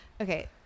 okay